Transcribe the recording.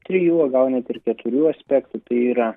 trijų o gal net ir keturių aspektų tai yra